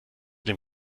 dem